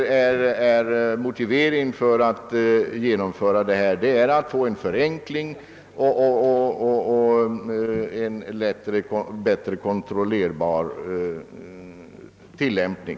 Vår motivering för att genomföra förslaget är sålunda att vi vill uppnå en förenkling och en bättre kontrollerbar tillämpning.